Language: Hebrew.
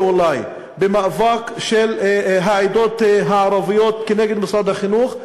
אולי במאבק של העדות הערביות כנגד משרד החינוך.